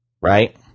Right